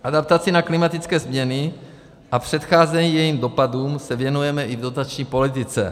Adaptaci na klimatické změny a k předcházením jejím dopadům se věnujeme i v dotační politice.